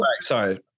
Sorry